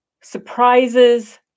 surprises